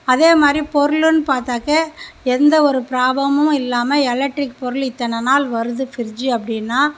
அதே மாதிரி பொருள்னு பார்த்தாக்கா எந்த ஒரு ப்ராப்ளமும் இல்லாமல் எலக்ட்ரிக் பொருள் இத்தனை நாள் வருது ஃப்ரிட்ஜ்ஜு அப்படினா